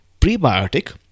prebiotic